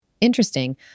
Interesting